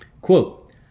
quote